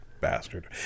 Bastard